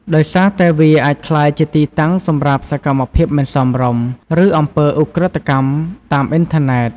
ដោយសារតែវាអាចក្លាយជាទីតាំងសម្រាប់សកម្មភាពមិនសមរម្យ ឬអំពើឧក្រិដ្ឋកម្មតាមអ៊ីនធឺណិត។